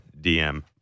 DM